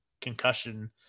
concussion